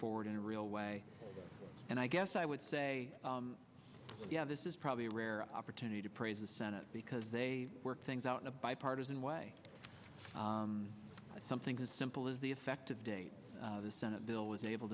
forward in a real way and i guess i would say yeah this is probably a rare opportunity to praise the senate because they work things out in a bipartisan way something as simple as the effective date the senate bill was able